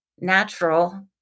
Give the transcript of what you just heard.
natural